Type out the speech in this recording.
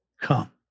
come